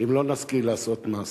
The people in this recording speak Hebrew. אם לא נשכיל לעשות מעשה.